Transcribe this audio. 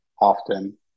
often